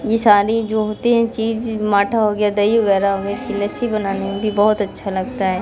ये सारी जो होते हैं चीज़ माठा हो गया दही वगैरह में इसकी लस्सी बनाने में भी बहुत अच्छा लगता है